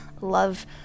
love